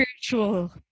spiritual